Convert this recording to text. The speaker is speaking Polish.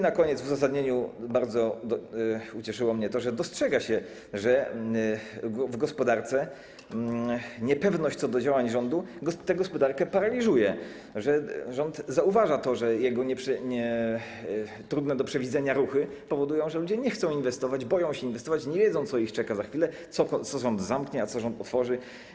Na koniec: w uzasadnieniu bardzo ucieszyło mnie to, że dostrzega się, że w kwestii gospodarki niepewność co do działań rządu tę gospodarkę paraliżuje, że rząd zauważa to, że jego trudne do przewidzenia ruchy powodują, że ludzie nie chcą inwestować, boją się inwestować, nie wiedzą, co ich czeka za chwilę, co rząd zamknie, a co rząd otworzy.